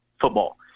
football